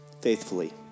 faithfully